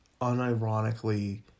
unironically